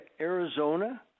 Arizona